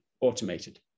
automated